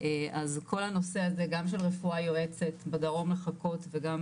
אז כל הנושא הזה גם של רפואה יועצת בדרום מחכות וגם